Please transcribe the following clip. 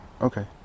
okay